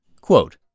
Quote